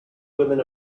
women